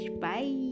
bye